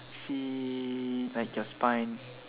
see like your spine